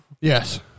Yes